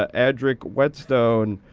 ah adricwhetstone,